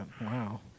wow